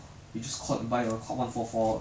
ten six hundred ah is it